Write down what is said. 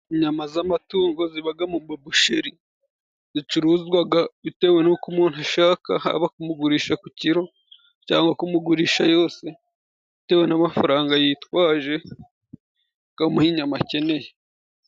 Inyama z'amatungo zibaga mumabusheri, zicuruzwaga bitewe n'uko umuntu ashaka, haba kumugurisha ku kiro, cyangwa kumugurisha yose bitewe n'amafaranga yitwaje, bakamuha inyama akeneye.